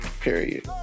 period